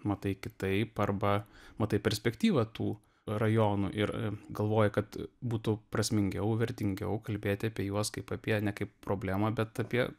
matai kitaip arba matai perspektyvą tų rajonų ir galvoji kad būtų prasmingiau vertingiau kalbėti apie juos kaip apie ne kaip problemą bet apie